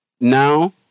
Now